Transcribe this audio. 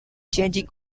changing